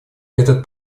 этот